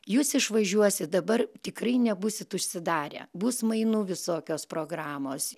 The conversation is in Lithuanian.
jūs išvažiuosit dabar tikrai nebūsit užsidarę bus mainų visokios programos